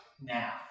now